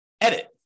edit